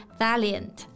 valiant